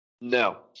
No